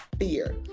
fear